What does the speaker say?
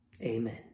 Amen